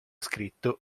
scritto